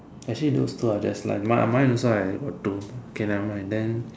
actually those two are just like mine mine also I got two okay nevermind then